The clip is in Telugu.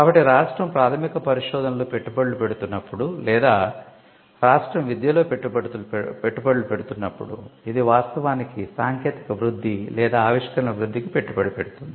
కాబట్టి రాష్ట్రం ప్రాథమిక పరిశోధనలో పెట్టుబడులు పెడుతున్నప్పుడు లేదా రాష్ట్రం విద్యలో పెట్టుబడులు పెడుతున్నప్పుడు ఇది వాస్తవానికి సాంకేతిక వృద్ధి లేదా ఆవిష్కరణల వృద్ధికి పెట్టుబడి పెడుతోంది